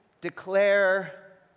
declare